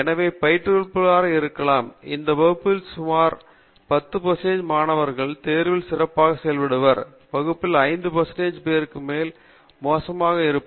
எனவே பயிற்றுவிப்பாளராக இருக்கலாம் இந்த வகுப்பில் சரியாக 10 மாணவர்கள் தேர்வில் சிறப்பாக செயல்படுவார்கள் வகுப்பில் 5 பேருக்கு மிகவும் மோசமாக இருக்கும்